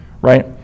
right